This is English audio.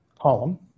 column